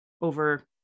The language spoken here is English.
over